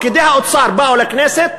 פקידי האוצר באו לכנסת